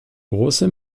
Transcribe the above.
große